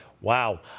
Wow